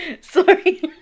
sorry